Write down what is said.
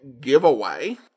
giveaway